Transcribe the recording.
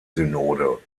synode